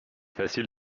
facile